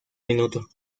minuto